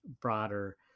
broader